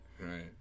right